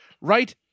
right